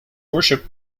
worship